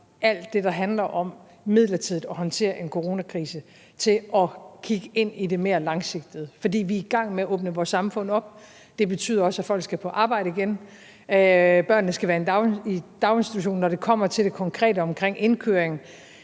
alt det, der handler om midlertidigt at håndtere en coronakrise, til at kigge ind i det mere langsigtede. For vi er i gang med at åbne vores samfund op. Det betyder også, at folk skal på arbejde igen, og at børnene skal være i daginstitution. Når det kommer til det konkrete omkring indkøring,